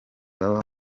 baba